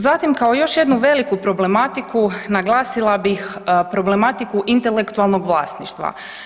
Zatim kao još jednu veliku problematiku naglasila bih, problematiku intelektualnog vlasništva.